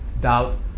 doubt